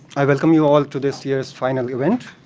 i welcome you all to this year's final event.